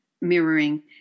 mirroring